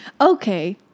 Okay